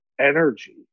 energy